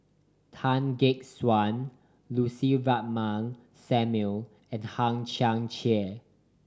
Tan Gek Suan Lucy Ratnammah Samuel and Hang Chang Chieh